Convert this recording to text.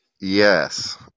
Yes